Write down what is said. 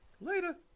later